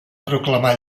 proclamar